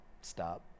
stop